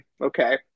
Okay